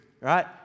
right